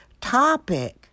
topic